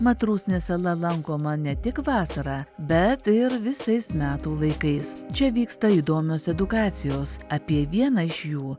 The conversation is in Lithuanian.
mat rusnės sala lankoma ne tik vasarą bet ir visais metų laikais čia vyksta įdomios edukacijos apie vieną iš jų